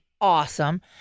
awesome